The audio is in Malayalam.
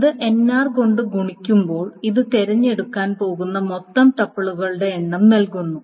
ഇത് nr കൊണ്ട് ഗുണിക്കുമ്പോൾ അത് തിരഞ്ഞെടുക്കാൻ പോകുന്ന മൊത്തം ടപ്പിളുകളുടെ എണ്ണം നൽകുന്നു